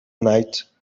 night